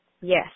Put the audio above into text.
yes